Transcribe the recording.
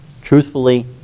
truthfully